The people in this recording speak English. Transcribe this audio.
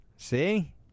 See